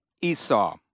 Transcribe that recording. Esau